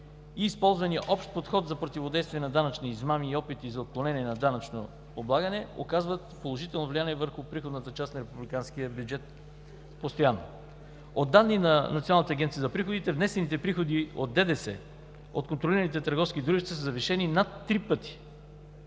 и използваният общ подход за противодействие на данъчни измами и опити за отклонение на данъчно облагане оказват положително влияние върху приходната част на републиканския бюджет постоянно. По данни на Националната агенция за приходите, внесените приходи от ДДС от контролираните търговски дружества са завишени над три пъти.